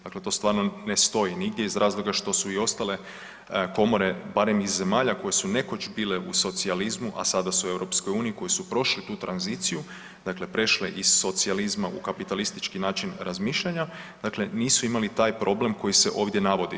Dakle, to stvarno ne stoji nigdje iz razloga što su i ostale komore barem iz zemalja koje su nekoć bile u socijalizmu, a sada su u EU, koje su prošle tu tranziciju, dakle prešle iz socijalizma u kapitalistički način razmišljanja, dakle nisu imali taj problem koji se ovdje navodi.